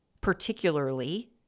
particularly